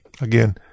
again